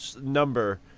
number